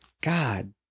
God